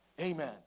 Amen